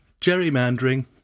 gerrymandering